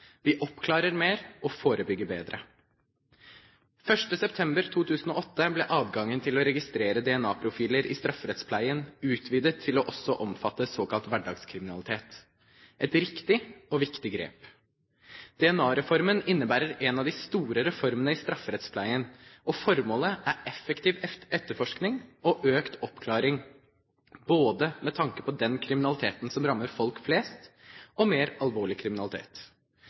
Vi oppklarer mer og forebygger bedre. Den 1. september 2008 ble adgangen til å registrere DNA-profiler i strafferettspleien utvidet til også å omfatte såkalt hverdagskriminalitet. Et riktig og viktig grep. DNA-reformen er en av de store reformene i strafferettspleien, og formålet er effektiv etterforskning og økt oppklaring, med tanke på både den kriminaliteten som rammer folk flest, og mer alvorlig kriminalitet.